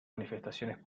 manifestaciones